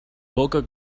poca